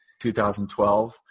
2012